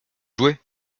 jouer